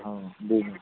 हो ठीक आहे